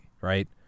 right